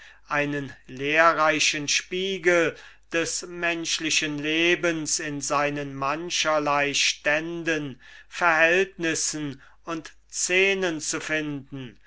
einen lehrreichen spiegel des menschlichen lebens in seinen mancherlei ständen verhältnissen und scenen zu finden